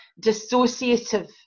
dissociative